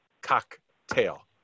cocktail